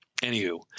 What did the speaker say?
anywho